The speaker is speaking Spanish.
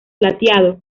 plateado